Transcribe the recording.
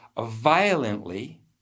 violently